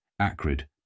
acrid